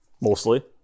Mostly